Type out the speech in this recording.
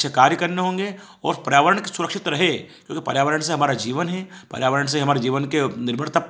अच्छे कार्य करने होंगे और पर्यावरण भी सुरक्षित रहे तो जो पर्यावण से हमारा जीवन है पर्यावरण से हमारे जीवन के निर्भरता